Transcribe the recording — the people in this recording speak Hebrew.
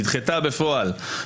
נדחתה בפועל.